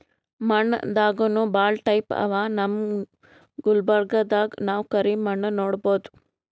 ಮಣ್ಣ್ ದಾಗನೂ ಭಾಳ್ ಟೈಪ್ ಅವಾ ನಮ್ ಗುಲ್ಬರ್ಗಾದಾಗ್ ನಾವ್ ಕರಿ ಮಣ್ಣ್ ನೋಡಬಹುದ್